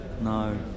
No